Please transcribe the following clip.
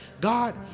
God